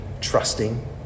trusting